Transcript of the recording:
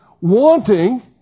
wanting